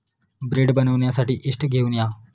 bread बनवण्यासाठी yeast घेऊन या